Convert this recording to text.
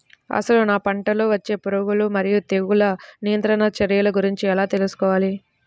అసలు నా పంటలో వచ్చే పురుగులు మరియు తెగులుల నియంత్రణ చర్యల గురించి ఎలా తెలుసుకోవాలి?